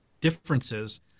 differences